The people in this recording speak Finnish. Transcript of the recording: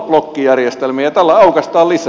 herra puhemies